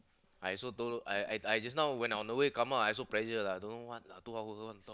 I also don't know I I just now when I on the way come out I also pressure lah don't know what lah two hour want to talk